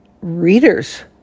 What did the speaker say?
readers